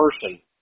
person